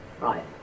Right